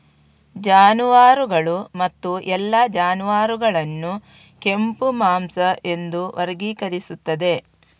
ಜಾನುವಾರುಗಳು ಮತ್ತು ಎಲ್ಲಾ ಜಾನುವಾರುಗಳನ್ನು ಕೆಂಪು ಮಾಂಸ ಎಂದು ವರ್ಗೀಕರಿಸುತ್ತದೆ